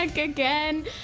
again